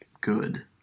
good